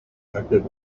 directed